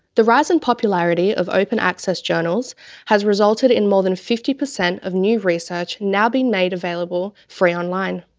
the rise in popularity of open access journals has resulted in more than fifty per cent of new research now being made available free online.